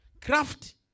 Craft